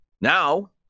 Now